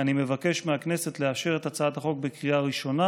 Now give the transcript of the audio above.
אני מבקש מהכנסת לאשר את הצעת החוק בקריאה ראשונה